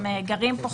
הם גרים פה,